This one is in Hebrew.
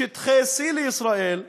שטחי C לישראל,